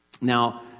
Now